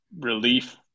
relief